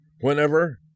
whenever